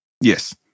Yes